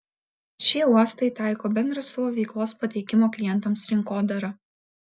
šie uostai taiko bendrą savo veiklos pateikimo klientams rinkodarą